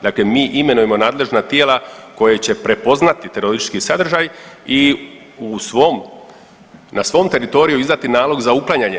Dakle, mi imenujemo nadležna tijela koja će prepoznati teroristički sadržaj i u svom, na svom teritoriju izdati nalog za uklanjanje.